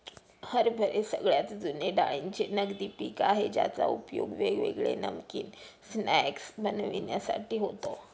हरभरे सगळ्यात जुने डाळींचे नगदी पिक आहे ज्याचा उपयोग वेगवेगळे नमकीन स्नाय्क्स बनविण्यासाठी होतो